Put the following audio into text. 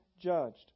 judged